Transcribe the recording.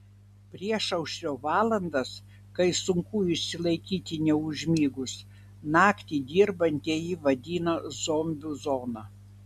priešaušrio valandas kai sunku išsilaikyti neužmigus naktį dirbantieji vadina zombių zona